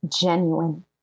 genuine